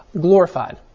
glorified